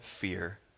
fear